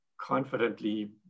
confidently